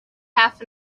half